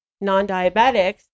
non-diabetics